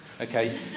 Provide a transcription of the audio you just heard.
Okay